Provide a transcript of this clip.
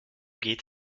geht